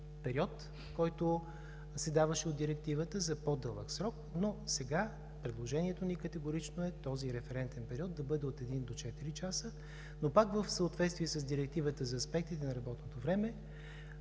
който се даваше от Директивата за по-дълъг срок. Сега предложението ни е категорично този референтен период да бъде от един до четири часа, но пак в съответствие с Директивата за аспектите на работното време